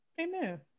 Amen